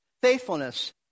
Faithfulness